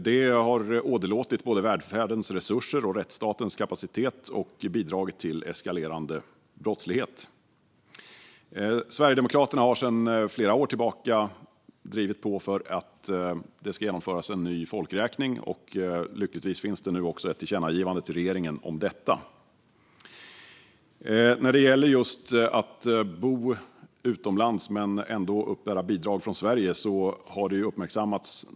Det har åderlåtit både välfärdens resurser och rättsstatens kapacitet och bidragit till eskalerande brottslighet. Sverigedemokraterna har sedan flera år tillbaka drivit på för att det ska genomföras en ny folkräkning. Lyckligtvis finns det nu ett tillkännagivande till regeringen om detta. När det gäller att bo utomlands men ändå uppbära bidrag från Sverige har några fall uppmärksammats.